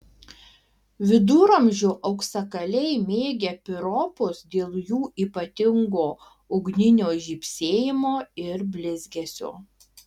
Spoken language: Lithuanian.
viduramžių auksakaliai mėgę piropus dėl jų ypatingo ugninio žybsėjimo ir blizgesio